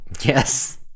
yes